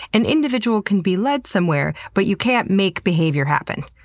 an individual can be led somewhere, but you can't make behavior happen.